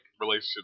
relationship